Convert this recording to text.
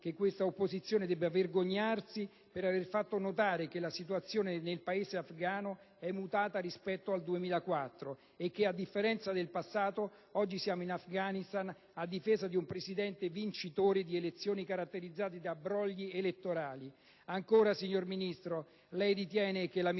che questa opposizione debba vergognarsi per aver fatto notare che la situazione nel paese afgano è mutata rispetto al 2004 e che, a differenza del passato, oggi siamo in Afghanistan a difesa di un presidente vincitore di elezioni caratterizzate da brogli elettorali.